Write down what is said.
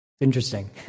Interesting